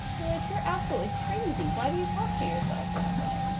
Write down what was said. you're like you're absolutely crazy. why do you talk to yourself that way?